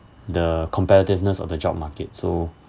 the competitiveness of the job market so